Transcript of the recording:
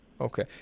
okay